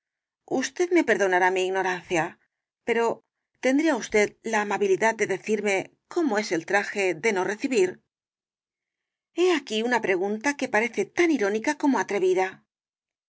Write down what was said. usted me perdonará mi ignorancia pero tendría usted la amabilidad de decirme cómo es el traje de no recibir h e ahí una pregunta que parece tan irónica como atrevida